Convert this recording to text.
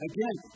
Again